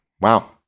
Wow